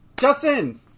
Justin